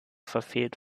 verfehlt